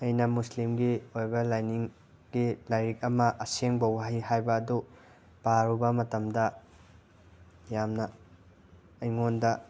ꯑꯩꯅ ꯃꯨꯁꯂꯤꯝꯒꯤ ꯑꯣꯏꯕ ꯂꯥꯏꯅꯤꯡꯒꯤ ꯂꯥꯏꯔꯤꯛ ꯑꯃ ꯑꯁꯦꯡꯕ ꯋꯥꯍꯩ ꯍꯥꯏꯕꯗꯨ ꯄꯥꯔꯨꯕ ꯃꯇꯝꯗ ꯌꯥꯝꯅ ꯑꯩꯉꯣꯟꯗ